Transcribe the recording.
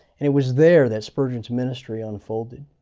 and it was there that spurgeon ministry unfolded.